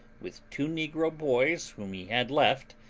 with two negro boys whom he had left,